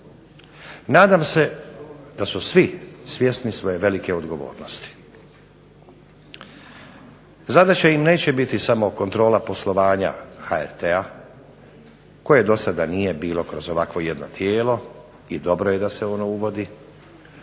Nadam se da su svi svjesni svoje velike odgovornosti. Zadaća im neće biti samo kontrola poslovanja HRT-a, koje do sada nije bilo kroz ovakvo jedno tijelo, i dobro je da se ono uvodi.